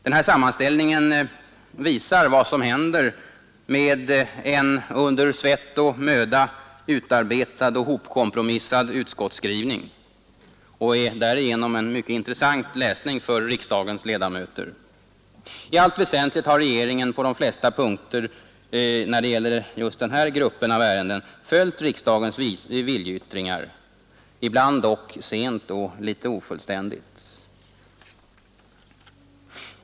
Den här sammanställningen visar vad som händer med en under svett och möda utarbetad och hopkompromissad utskottsskrivning och är därigenom en mycket intressant läsning för riksdagens ledamöter. I allt väsentligt har regeringen på de flesta punkter när det gäller just den här gruppen av ärenden följt riksdagens viljeyttringar — ibland dock sent och litet ofullständigt.